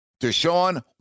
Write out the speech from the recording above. Deshaun